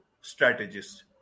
strategist